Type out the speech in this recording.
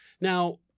Now